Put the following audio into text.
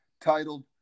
titled